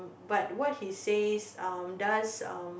but what he says um does um